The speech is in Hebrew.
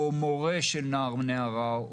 או מורה של נער או נערה,